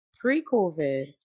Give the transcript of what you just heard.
pre-COVID